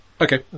Okay